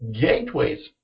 gateways